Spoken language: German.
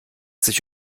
sich